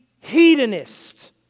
hedonist